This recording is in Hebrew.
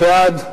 מי בעד?